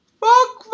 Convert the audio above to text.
fuck